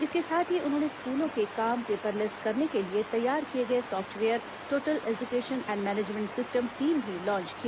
इसके साथ ही उन्होंने स्कूलों के काम पेपरलेस करने के लिए तैयार किए गए software total education and management system team भी लॉन्च किया